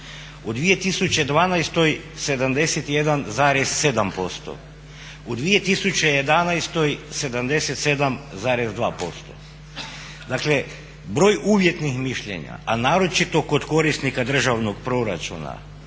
u 2012. 71,7%, u 2011. 77,2%. Dakle, broj uvjetnih mišljenja, a naročito kod korisnika državnog proračuna